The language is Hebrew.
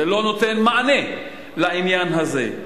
זה לא נותן מענה לעניין הזה.